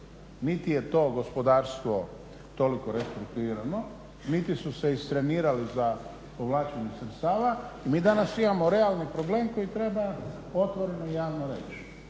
Niti je to gospodarstvo toliko restrukturirano, niti su se istrenirali za povlačenje sredstava. Mi danas imamo realni problem koji treba otvoreno i javno reći.